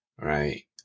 right